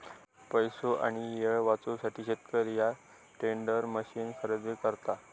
पैसो आणि येळ वाचवूसाठी शेतकरी ह्या टेंडर मशीन खरेदी करता